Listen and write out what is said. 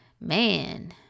man